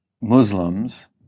Muslims